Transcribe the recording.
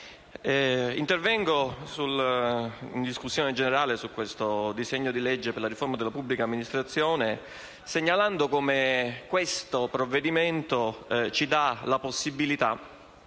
intervengo in discussione generale su questo disegno di legge per la riforma della pubblica amministrazione segnalando che esso ci offre la possibilità